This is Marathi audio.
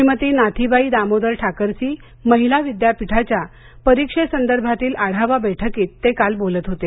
श्रीमती नाथीबाई दामोदर ठाकरसी महिला विद्यापीठाची परीक्षेसंदर्भात आढावा बैठकीत ते आज बोलत होते